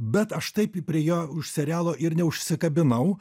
bet aš taip ir prie jo už serialo ir neužsikabinau